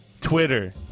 Twitter